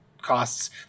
costs